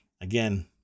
Again